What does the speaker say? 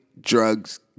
drugs